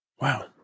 wow